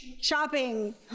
Shopping